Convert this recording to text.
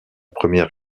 première